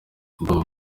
bob